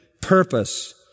purpose